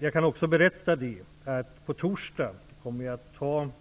Jag kan också berätta att regeringen på torsdag kommer att behandla